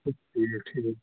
اچھا ٹھیٖک ٹھیٖک